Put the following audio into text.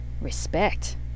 respect